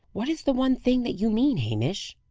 what is the one thing that you mean, hamish?